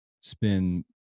spend